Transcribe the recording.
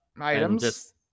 items